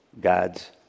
God's